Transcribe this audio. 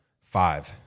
Five